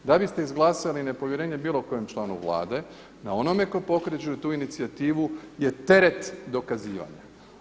Da biste izglasali nepovjerenje bilo kojem članu Vlade na onome tko pokreće tu inicijativu je teret dokazivanja.